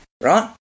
Right